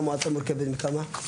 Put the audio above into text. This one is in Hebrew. המועצה מורכבת מכמה?